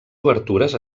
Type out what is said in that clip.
obertures